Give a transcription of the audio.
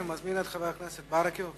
אני מזמין את חבר הכנסת מוחמד ברכה.